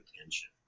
attention